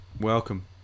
Welcome